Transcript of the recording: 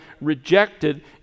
rejected